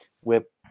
whip